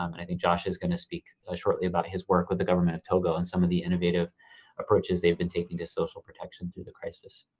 um and i think josh is gonna speak shortly about his work with the government of togo and some of the innovative approaches they've been taking to social protection through the crisis.